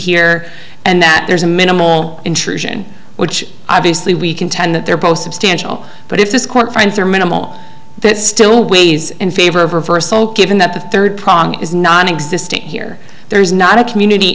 here and that there's a minimal intrusion which obviously we contend that they're both substantial but if this court finds are minimal that still weighs in favor of reversed so kevin that the third prong is nonexistent here there is not a community